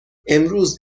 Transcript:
امروز